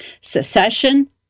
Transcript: Secession